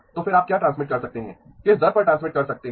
तो फिर आप क्या ट्रांसमिट कर सकते हैं किस दर पर ट्रांसमिट कर सकते हैं